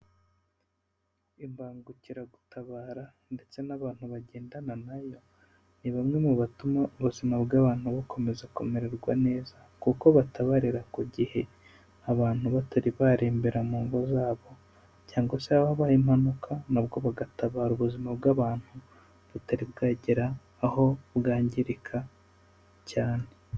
Imbangukiragutabara ndetse n'abantu bagendana na yo ni bamwe mu batuma ubuzima bw'abantu bukomeza kumererwa neza, kuko batabarira ku gihe abantu batari barembera mu ngo zabo cyangwa se habaye impanuka na bwo bagatabara ubuzima bw'abantu butari bwagera aho bwangirika cyane.